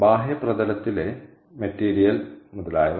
ബാഹ്യ പ്രതലത്തിലെ മെറ്റീരിയൽ മുതലായവ